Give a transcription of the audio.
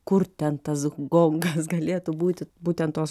kur ten tas gongas galėtų būti būtent tos